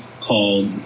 called